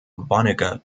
vonnegut